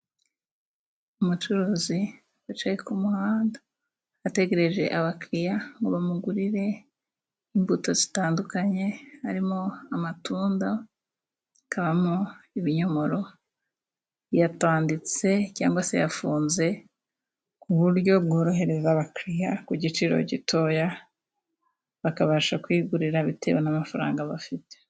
Umucuruzi wicaye ku muhanda ategereje abakiriya ngo bamugurire imbuto zitandukanye harimo:amatunda, hakabamo ibinyomoro yatanditse cyangwa se yafunze ku buryo bworohereza abakiriya, ku giciro gitoya bakabasha kuyigurira bitewe n'amafaranga bafite.